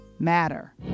matter